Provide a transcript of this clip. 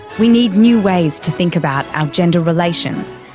we need new ways to think about our gender relations,